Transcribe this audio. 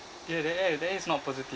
ya that that is not positive